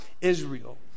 Israel